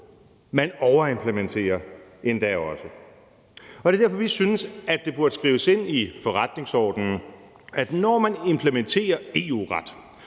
man overimplementerer endda også. Det er derfor, vi synes, at det burde skrives ind i forretningsordenen, at når man implementerer EU-ret,